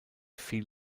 fiel